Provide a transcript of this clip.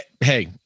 hey